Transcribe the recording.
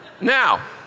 Now